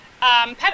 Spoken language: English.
pet